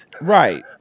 right